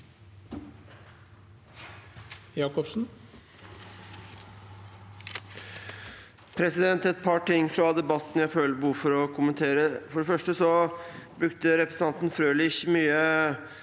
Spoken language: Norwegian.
Det er et par ting fra debatten jeg føler behov for å kommentere. For det første brukte representanten Frølich mye